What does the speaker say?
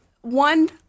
one